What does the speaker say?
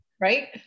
right